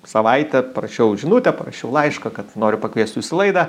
savaitę parašiau žinutę parašiau laišką kad noriu pakviest jus į laidą